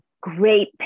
great